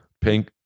Pink